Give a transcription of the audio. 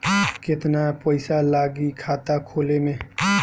केतना पइसा लागी खाता खोले में?